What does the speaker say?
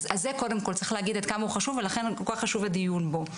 אז קודם כל צריך להגיד עד כמה הוא חשוב והדיון בו.